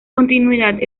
continuidad